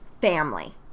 family